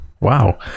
Wow